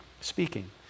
speaking